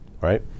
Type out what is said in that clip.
right